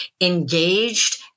engaged